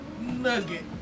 Nugget